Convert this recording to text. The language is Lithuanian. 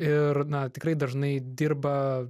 ir na tikrai dažnai dirba